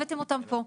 הבאתם אותם פה.